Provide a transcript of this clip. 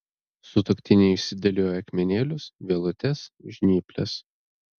sutuoktinė išsidėlioja akmenėlius vielutes žnyples